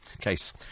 Case